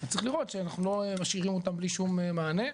וצריך לראות שאנחנו לא משאירים אותם בלי שום מענה.